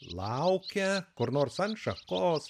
laukia kur nors ant šakos